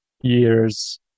years